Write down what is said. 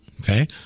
Okay